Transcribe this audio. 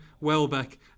Welbeck